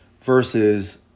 versus